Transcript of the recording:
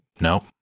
no